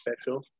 special